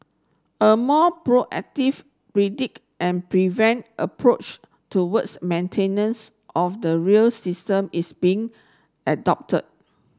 a more proactive predict and prevent approach towards maintenance of the rail system is being adopted